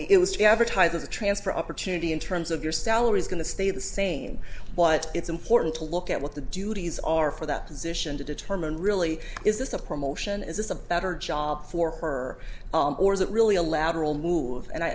it was advertised as a transfer opportunity in terms of your salary is going to stay the same but it's important to look at what the duties are for that position to determine really is this a promotion is this a better job for her or is it really a lateral move and i